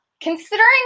Considering